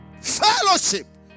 fellowship